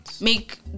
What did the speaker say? make